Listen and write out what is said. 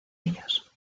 ellos